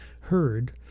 heard